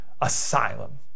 asylum